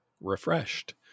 Refreshed